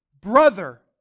brother